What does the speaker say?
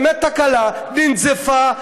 באמת תקלה, ננזפה.